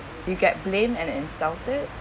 you get blamed and insulted